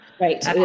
Right